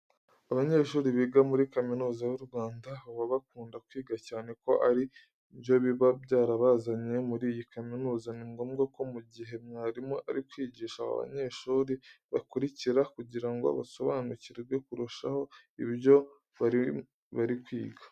Abanyeshuri biga muri Kaminuza y'u Rwanda baba bakunda kwiga cyane ko ari byo biba byarabazanye muri iyi kaminuza. Ni ngombwa ko mu gihe mwarimu ari kwigisha aba banyeshuri bakurikira kugira ngo basobanukirwe kurushaho ibyo bari kwiga.